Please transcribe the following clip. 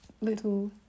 little